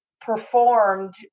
performed